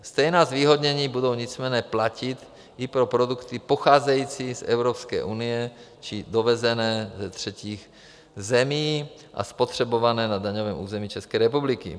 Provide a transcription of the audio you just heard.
Stejná zvýhodnění budou nicméně platit i pro produkty pocházející z Evropské unie či dovezené ze třetích zemí a spotřebované na daňovém území České republiky.